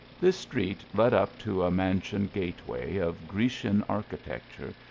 this street led up to a mansion gateway of grecian archi tecture,